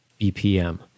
BPM